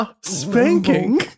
Spanking